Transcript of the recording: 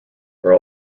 are